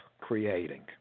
creating